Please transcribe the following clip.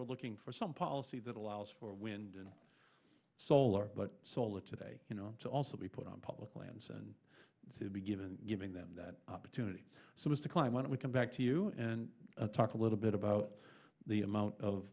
we're looking for some policy that allows for wind and solar but solar today you know to also be put on public lands and be given giving them that opportunity so as to climb when we come back to you and talk a little bit about the amount of